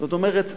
זאת אומרת,